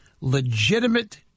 legitimate